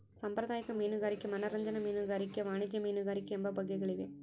ಸಾಂಪ್ರದಾಯಿಕ ಮೀನುಗಾರಿಕೆ ಮನರಂಜನಾ ಮೀನುಗಾರಿಕೆ ವಾಣಿಜ್ಯ ಮೀನುಗಾರಿಕೆ ಎಂಬ ಬಗೆಗಳಿವೆ